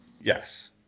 Yes